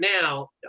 now